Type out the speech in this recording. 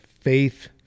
Faith